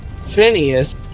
Phineas